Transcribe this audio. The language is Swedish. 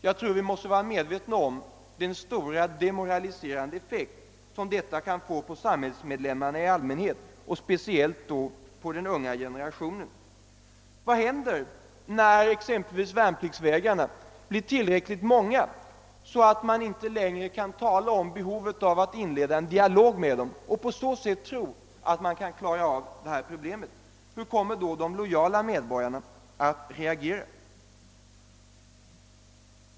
Jag tror att vi måste vara medvetna om den stora demoraliserande effekt som detta kan få på samhällsmedlemmarna i allmänhet och speciellt på den unga generationen. Vad händer när exempelvis värnpliktsvägrarna blir till räckligt många så att man inte längre kan tala om behovet av att inleda en dialog med dem och tro att man på så sätt kan klara av detta problem? Hur kommer då de lojala 'medborgarna att reagera?